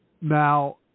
Now